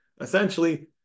essentially